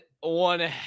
one